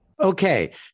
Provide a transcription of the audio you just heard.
okay